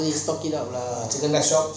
ஒரு:oru shop